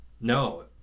no